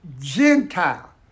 Gentile